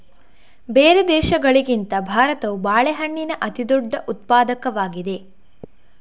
ಬೇರೆ ದೇಶಗಳಿಗಿಂತ ಭಾರತವು ಬಾಳೆಹಣ್ಣಿನ ಅತಿದೊಡ್ಡ ಉತ್ಪಾದಕವಾಗಿದೆ